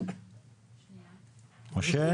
בוקר טוב מכובדיי כולם.